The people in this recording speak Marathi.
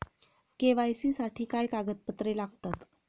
के.वाय.सी साठी काय कागदपत्रे लागतात?